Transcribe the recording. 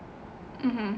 mm